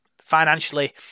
financially